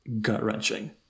gut-wrenching